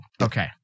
Okay